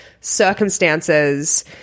circumstances